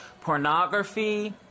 pornography